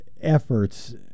efforts